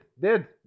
dead